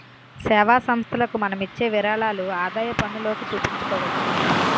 సేవా సంస్థలకు మనం ఇచ్చే విరాళాలు ఆదాయపన్నులోకి చూపించుకోవచ్చు